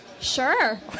Sure